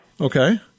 Okay